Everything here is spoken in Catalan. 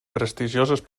prestigioses